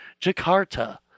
Jakarta